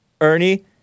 Ernie